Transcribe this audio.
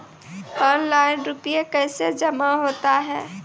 Online रुपये कैसे जमा होता हैं?